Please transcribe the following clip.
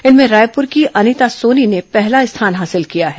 इसमें रायपुर की अनिता सोनी ने पहला स्थान हासिल किया है